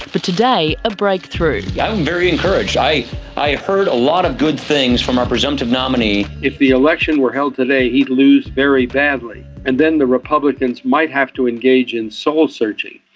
but today a breakthrough. i'm very encouraged. i i heard a lot of good things from our presumptive nominee. if the election were held today he'd lose very badly, and then the republicans might have to engage in soul-searching.